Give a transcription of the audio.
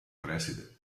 preside